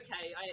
okay